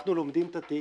אנחנו לומדים את התיק,